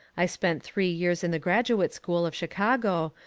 i spent three years in the graduate school of chicago,